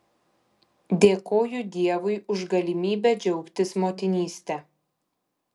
dėkoju dievui už galimybę džiaugtis motinyste